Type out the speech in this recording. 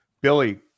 Billy